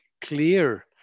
clear